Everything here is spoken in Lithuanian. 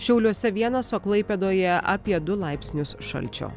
šiauliuose vienas o klaipėdoje apie du laipsnius šalčio